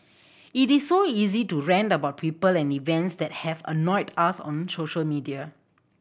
it is so easy to rant about people and events that have annoyed us on social media